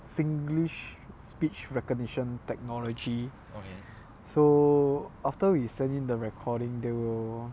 singlish speech recognition technology so after we send in the recording they will